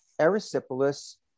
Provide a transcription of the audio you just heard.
erysipelas